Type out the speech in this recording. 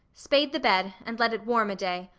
spade the bed, and let it warm a day.